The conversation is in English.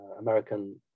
American